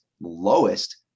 lowest